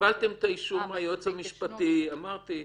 קיבלתם את האישור מהיועץ המשפטי, אמרתי.